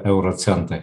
euro centai